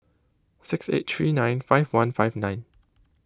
six eight three nine five one five nine